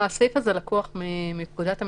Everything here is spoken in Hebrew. הסעיף הזה לקוח מפקודת המשטרה,